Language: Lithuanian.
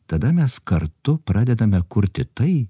tada mes kartu pradedame kurti tai